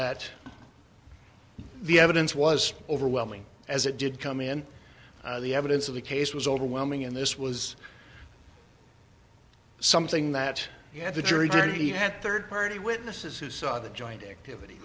that the evidence was overwhelming as it did come in the evidence of the case was overwhelming and this was something that you had the jury duty had third party witnesses who saw the joint activity